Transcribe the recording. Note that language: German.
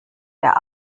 der